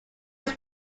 his